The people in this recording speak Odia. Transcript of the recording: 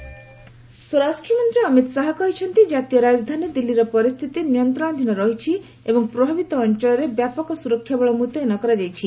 ଅମିତ ଶାହା ସ୍ୱରାଷ୍ଟ୍ରମନ୍ତ୍ରୀ ଅମିତ ଶାହା କହିଛନ୍ତି ଜାତୀୟ ରାଜଧାନୀ ଦିଲ୍ଲୀର ପରିସ୍ଥିତି ନିୟନ୍ତ୍ରଣାଧୀନ ରହିଛି ଏବଂ ପ୍ରଭାବିତ ଅଞ୍ଚଳରେ ବ୍ୟାପକ ସୁରକ୍ଷାବଳ ମୁତ୍ୟନ କରାଯାଇଛି